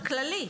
באופן כללי.